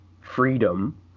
freedom